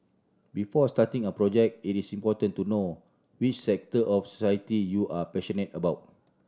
before starting a project it is important to know which sector of society you are passionate about